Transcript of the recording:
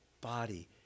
body